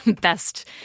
best